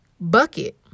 bucket